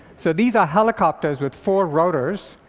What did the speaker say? so these are helicopters with four rotors,